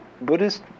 Buddhist